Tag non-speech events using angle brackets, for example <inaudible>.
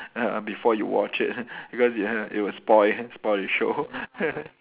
<laughs> before you watch it <laughs> because it <laughs> it will spoil spoil the show <laughs>